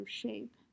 shape